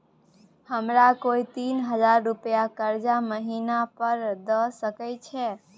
हमरा कोय तीन हजार रुपिया कर्जा महिना पर द सके छै?